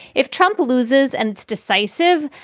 if trump loses and it's decisive,